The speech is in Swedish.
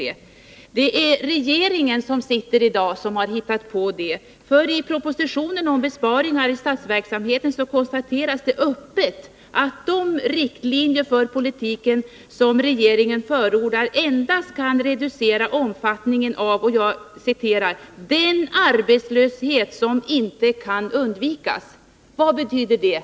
Ja, det är den regering som sitter i dag som har hittat på det, för i propositionen om besparingar i statsverksamheten konstateras det öppet att de riktlinjer för politiken som regeringen förordar endast kan reducera omfattningen av ”den arbetslöshet som inte kan undvikas”. Vad betyder det?